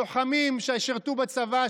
לוחמים ששירתו בצבא,